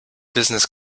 business